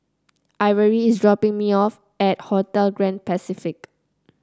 Ivory is dropping me off at Hotel Grand Pacific